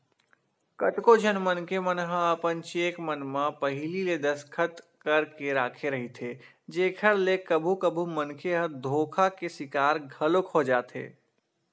कतको झन मनखे मन ह अपन चेक मन म पहिली ले दस्खत करके राखे रहिथे जेखर ले कभू कभू मनखे ह धोखा के सिकार घलोक हो जाथे